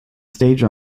stage